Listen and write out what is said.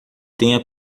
tenha